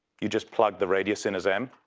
you just plug the radius in as m,